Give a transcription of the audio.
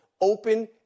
open